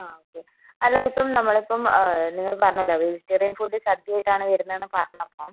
ആ ഓക്കെ അല്ല ഇപ്പം നമ്മളിപ്പം ആ നിങ്ങൾ പറഞ്ഞല്ലോ വെജിറ്റേറിയൻ ഫുഡ് സദ്യ ആയിട്ടാണ് വരുന്നതെന്ന് പറഞ്ഞപ്പം